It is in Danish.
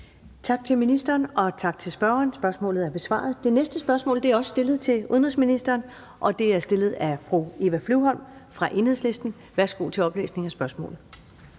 Tak til ministeren. Og tak til spørgeren. Spørgsmålet er besvaret. Det næste spørgsmål er også stillet til udenrigsministeren, og det er stillet af fru Eva Flyvholm fra Enhedslisten. Kl. 13:13 Spm. nr.